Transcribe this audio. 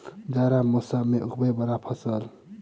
जाड़ा मौसम मे उगवय वला फसल?